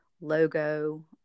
logo